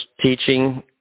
teaching